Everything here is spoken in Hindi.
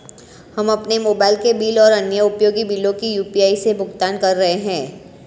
हम अपने मोबाइल के बिल और अन्य उपयोगी बिलों को यू.पी.आई से भुगतान कर रहे हैं